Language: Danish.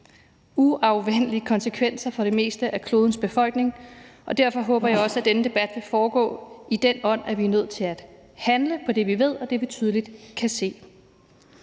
uafvendelige konsekvenser for det meste af klodens befolkning, og derfor håber jeg også, at denne debat vil foregå i den ånd, at vi er nødt til at handle på det, vi ved, og det, vi tydeligt kan se.